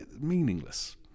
meaningless